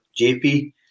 JP